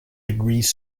degrees